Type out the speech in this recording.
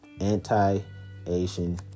anti-Asian